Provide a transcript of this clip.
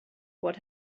what